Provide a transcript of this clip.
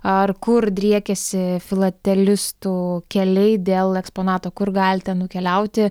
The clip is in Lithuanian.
ar kur driekiasi filatelistų keliai dėl eksponato kur galite nukeliauti